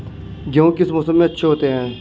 गेहूँ किस मौसम में अच्छे होते हैं?